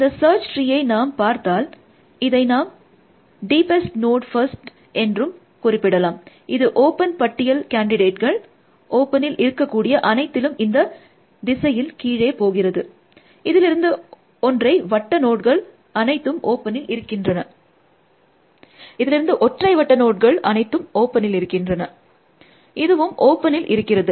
இந்த சர்ச் ட்ரீயை நாம் பார்த்தால் இதை நாம் டீப்பஸ்ட் நோட் ஃபர்ஸ்ட் என்றும் நாம் குறிப்பிடலாம் இது ஓப்பன் பட்டியல் கேன்டிடேட்கள் ஓப்பனில் இருக்கக்கூடிய அனைத்திலும் இந்த திசையில் கீழே போகிறது இதிலிருக்கும் ஒற்றை வட்ட நோட்கள் அனைத்தும் ஓப்பனில் இருக்கின்றன இதுவும் ஓப்பனில் இருக்கிறது